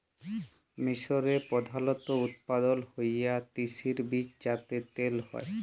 মিসরে প্রধালত উৎপাদল হ্য়ওয়া তিসির বীজ যাতে তেল হ্যয়